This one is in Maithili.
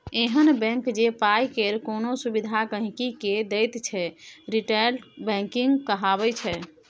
एहन बैंक जे पाइ केर कोनो सुविधा गांहिकी के दैत छै रिटेल बैंकिंग कहाबै छै